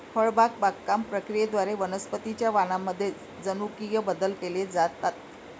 फळबाग बागकाम प्रक्रियेद्वारे वनस्पतीं च्या वाणांमध्ये जनुकीय बदल केले जातात